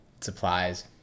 supplies